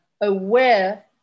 aware